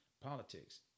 politics